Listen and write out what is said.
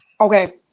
okay